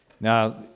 Now